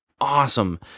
awesome